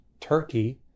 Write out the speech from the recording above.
turkey